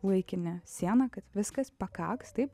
laikinę sieną kad viskas pakaks taip